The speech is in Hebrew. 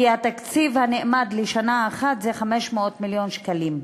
כי התקציב הנאמד לשנה אחת הוא 500,000 מיליון שקלים,